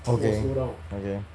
okay okay